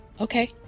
Okay